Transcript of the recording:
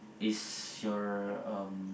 is your um